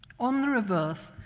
on the reverse,